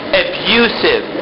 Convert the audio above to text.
abusive